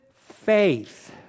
faith